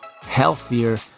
healthier